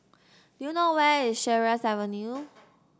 do you know where is Sheares Avenue